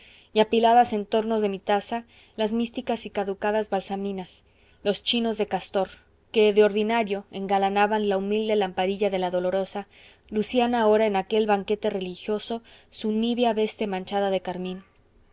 apiladas en torno de mi taza las místicas y caducas balsaminas los chinos de castor que de ordinario engalanaban la humilde lamparilla de la dolorosa lucían ahora en aquel banquete religioso su nívea veste manchada de carmín